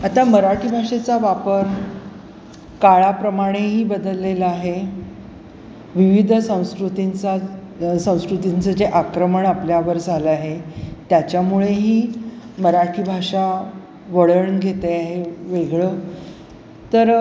आता मराठी भाषेचा वापर काळाप्रमाणेही बदललेलं आहे विविध संस्कृतींचा संस्कृतींचं जे आक्रमण आपल्यावर झालं आहे त्याच्यामुळेही मराठी भाषा वळन घेते आहे वेगळं तर